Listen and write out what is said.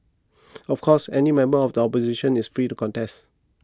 of course any member of the opposition is free to contest